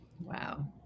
Wow